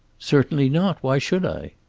certainly not. why should i?